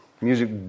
music